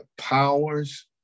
powers